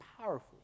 powerful